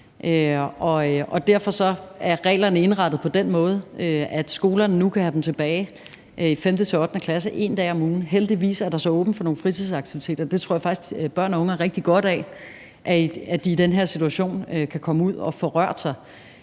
derfor er reglerne indrettet på den måde, at skolerne nu kan have dem i 5.-8. klasse tilbage 1 dag om ugen. Heldigvis er der så åbent for nogle fritidsaktiviteter; det tror jeg faktisk at børn og unge har rigtig godt af, altså at de i den her situation kan komme ud at få rørt sig.